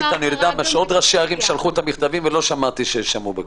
עוד ראשי ערים שלחו את המכתבים ולא שמעתי ששמעו בקולם.